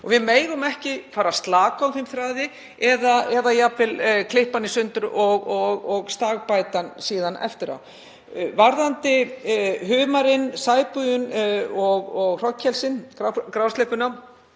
Við megum ekki fara að slaka á þeim þræði eða jafnvel klippa í sundur og stagbæta hann síðan eftir á. Varðandi humarinn, sæbjúgun, hrognkelsin, grásleppuna